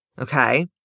Okay